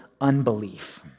unbelief